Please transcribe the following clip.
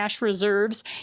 reserves